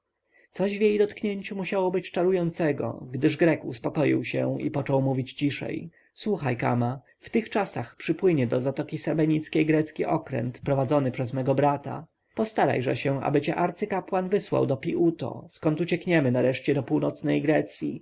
coś w jej dotknięciu musiało być czarującego gdyż grek uspokoił się i począł mówić ciszej słuchaj kama w tych czasach przypłynie do zatoki sebenickiej grecki statek prowadzony przez mego brata postarajże się aby cię arcykapłan wysłał do pi-uto skąd uciekniemy nareszcie do północnej grecji